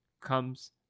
comes